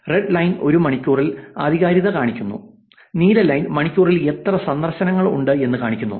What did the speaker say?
red line ഒരു മണിക്കൂറിൽ ആധികാരികത കാണിക്കുന്നു നീല ലൈൻ മണിക്കൂറിൽ എത്ര സന്ദർശനങ്ങൾ ഉണ്ട് എന്ന് കാണിക്കുന്നു